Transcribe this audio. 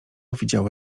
widziało